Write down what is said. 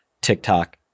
TikTok